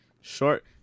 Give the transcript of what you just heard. short